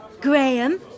Graham